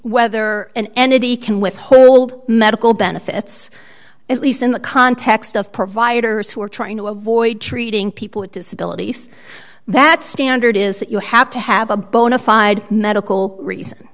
whether an entity can withhold medical benefits at least in the context of providers who are trying to avoid treating people with disabilities that standard is that you have to have a bona fide medical reason